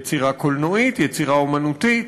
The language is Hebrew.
יצירה קולנועית, יצירה אמנותית.